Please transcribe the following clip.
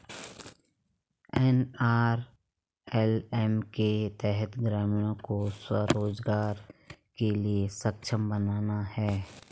NRLM के तहत ग्रामीणों को स्व रोजगार के लिए सक्षम बनाना है